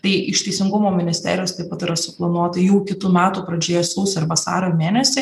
tai iš teisingumo ministerijos taip pat yra suplanuota jau kitų metų pradžioje sausį ar vasario mėnesį